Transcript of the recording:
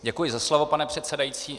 Děkuji za slovo, pane předsedající.